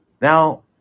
Now